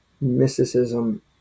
mysticism